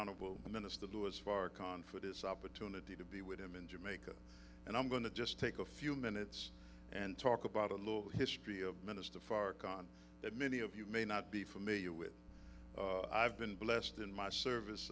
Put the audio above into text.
honorable minister louis farrakhan for this opportunity to be with him in jamaica and i'm going to just take a few minutes and talk about a little history of minister farrakhan that many of you may not be familiar with i've been blessed in my service